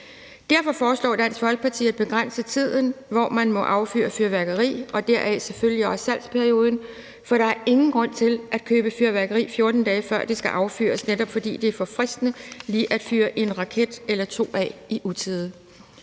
Derfor foreslår Dansk Folkeparti at begrænse tiden, hvor man må affyre fyrværkeri, og deraf selvfølgelig også salgsperioden. For der er ingen grund til at købe fyrværkeri, 14 dage før det skal affyres, netop fordi det er for fristende lige at fyre en raket eller to af i utide.